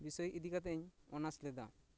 ᱵᱤᱥᱳᱭ ᱤᱫᱤᱠᱟᱛᱮᱫ ᱤᱧ ᱚᱱᱟᱨᱥ ᱞᱮᱫᱟ